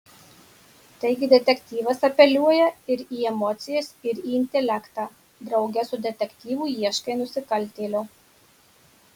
taigi detektyvas apeliuoja ir į emocijas ir į intelektą drauge su detektyvu ieškai nusikaltėlio